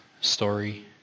story